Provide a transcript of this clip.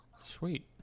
Sweet